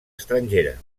estrangera